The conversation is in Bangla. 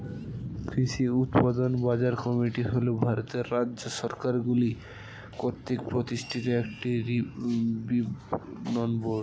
কৃষি উৎপাদন বাজার কমিটি হল ভারতের রাজ্য সরকারগুলি কর্তৃক প্রতিষ্ঠিত একটি বিপণন বোর্ড